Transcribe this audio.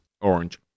orange